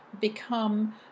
become